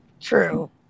True